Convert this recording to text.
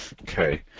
Okay